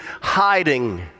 hiding